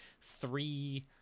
three